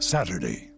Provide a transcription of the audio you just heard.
Saturday